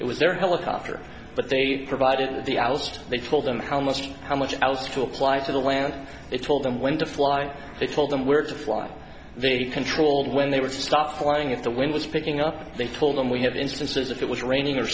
it was their helicopter but they provided the alst they told them how most how much else to apply to the land it told them when to fly they told them where to fly very controlled when they would stop flying if the wind was picking up and they told them we have instances if it was raining or